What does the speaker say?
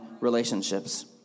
relationships